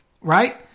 right